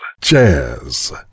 Jazz